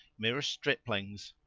mere striplings.